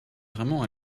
vraiment